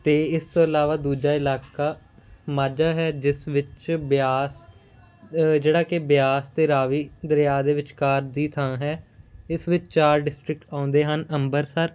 ਅਤੇ ਇਸ ਤੋਂ ਇਲਾਵਾ ਦੂਜਾ ਇਲਾਕਾ ਮਾਝਾ ਹੈ ਜਿਸ ਵਿੱਚ ਬਿਆਸ ਜਿਹੜਾ ਕਿ ਬਿਆਸ ਅਤੇ ਰਾਵੀ ਦਰਿਆ ਦੇ ਵਿਚਕਾਰ ਦੀ ਥਾਂ ਹੈ ਇਸ ਵਿੱਚ ਚਾਰ ਡਿਸਟਰਿਕਟ ਆਉਂਦੇ ਹਨ ਅੰਬਰਸਰ